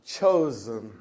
chosen